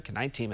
19